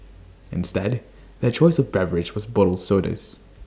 instead their choice of beverage was bottled sodas